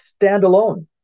standalone